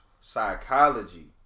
psychology